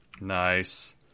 Nice